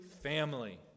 family